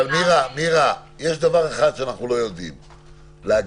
מירה, יש דבר אחד שאנחנו לא יודעים להגיד,